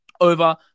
over